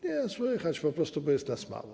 Nie, słychać po prostu, bo jest nas mało.